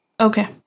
Okay